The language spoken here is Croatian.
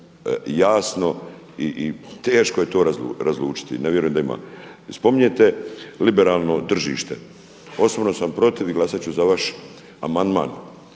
jasno i teško je to razlučiti. Ne vjerujem da ima. Spominjete liberalno tržište. Osobno sam protiv i glasat ću za vaš amandman,